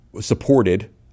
supported